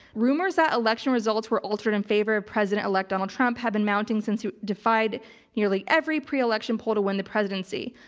rumors that election results were altered in favor of president elect donald trump had been mounting since he defied nearly every pre election poll to win the presidency.